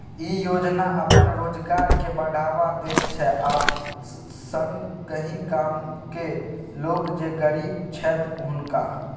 ई योजना अपन रोजगार के बढ़ावा दैत छै आ संगहि गामक लोक जे गरीब छैथ हुनका